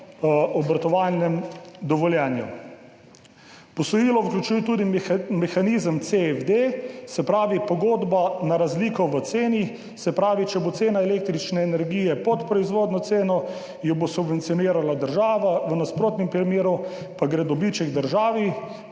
obratovalnem dovoljenju. Posojilo vključuje tudi mehanizem CFD, se pravi, pogodba na razliko v ceni, se pravi, če bo cena električne energije pod proizvodno ceno, jo bo subvencionirala država, v nasprotnem primeru pa gre dobiček državi.